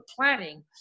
planning